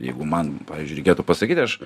jeigu man pavyzdžiui reikėtų pasakyti aš